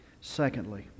Secondly